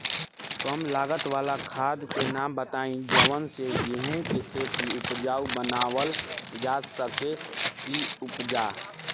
कम लागत वाला खाद के नाम बताई जवना से गेहूं के खेती उपजाऊ बनावल जा सके ती उपजा?